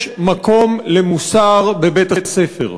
יש מקום למוסר בבית-הספר,